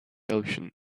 ocean